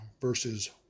verses